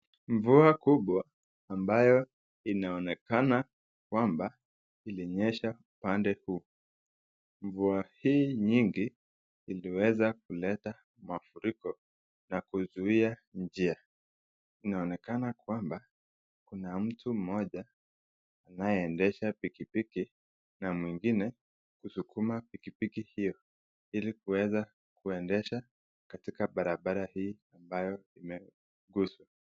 Mvua kubwa, ambayo inaonekana kwamba ilinyesha pande huu. Mvua hii nyingi iliweza kuleta mafuriko na kuzuia njia. Inaonekana kwamba Kuna mtu moja anaendesha pikipiki , na mwingine kuskuma pikipiki hio, ili kuweza kuendesha katika barabara hii ambayo imeguzwa.